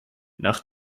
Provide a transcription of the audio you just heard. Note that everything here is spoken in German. nach